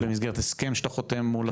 במסגרת הסכם שאתה חותם מול-?